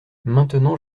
maintenant